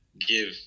give